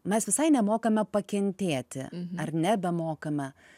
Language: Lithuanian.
mes visai nemokame pakentėti ar nebemokame